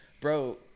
Bro